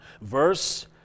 verse